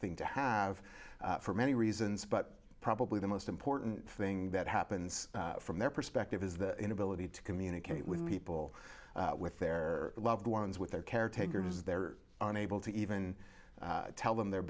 thing to have for many reasons but probably the most important thing that happens from their perspective is the inability to communicate with people with their loved ones with their caretakers they're unable to even tell them the